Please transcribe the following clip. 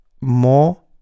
more